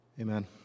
Amen